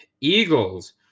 eagles